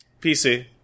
PC